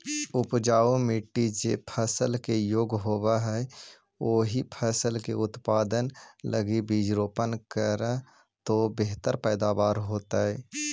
उपजाऊ मट्टी जे फसल के योग्य होवऽ हई, ओही फसल के उत्पादन लगी बीजारोपण करऽ तो बेहतर पैदावार होतइ